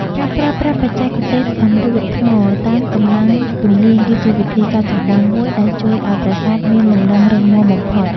ការប្រើប្រាស់បច្ចេកទេសតម្រួតថ្មតាមកម្លាំងទំនាញគឺជាវិធីសាស្រ្តចម្បងមួយដែលជួយឱ្យប្រាសាទមានលំនឹងរឹងមាំបំផុត។